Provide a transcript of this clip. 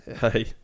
Hey